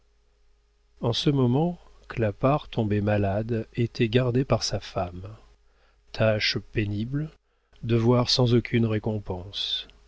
en ce moment clapart tombé malade était gardé par sa femme tâche pénible devoir sans aucune récompense